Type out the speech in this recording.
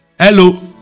Hello